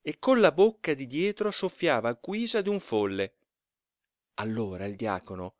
e colla bocca di dietro soffiava a guisa d'un folle allora il diacono